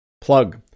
Plug